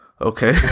Okay